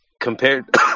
compared